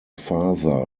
father